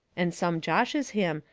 and some joshes him,